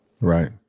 Right